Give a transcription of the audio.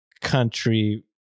country